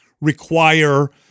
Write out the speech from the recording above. require –